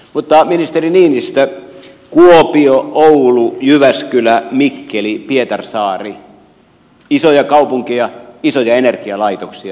mutta ministeri niinistö kuopio oulu jyväskylä mikkeli pietarsaari isoja kaupunkeja isoja energialaitoksia